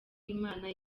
imana